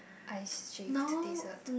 ice shaved dessert